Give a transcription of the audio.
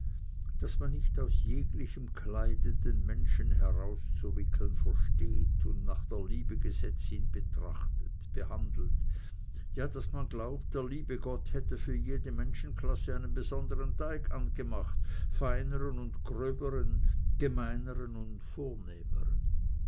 daß man nicht aus jeglichem kleide den menschen herauszuwickeln versteht und nach der liebe gesetz ihn betrachtet behandelt ja daß man glaubt der liebe gott hätte für jede menschenklasse einen besondern teig angemacht feineren und gröberen gemeineren und vornehmeren